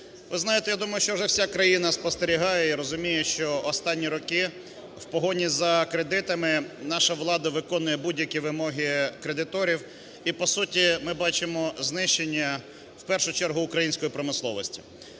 Ви знаєте, я думаю, що вже вся країна спостерігає і розуміє, що останні роки в погоні за кредитами наша влада виконує будь-які вимоги кредиторів і по суті ми бачимо знищення в першу чергу української промисловості.